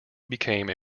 became